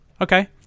Okay